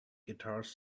guitars